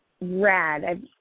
rad